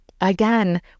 Again